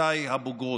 שנותיי הבוגרות.